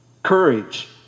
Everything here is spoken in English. Courage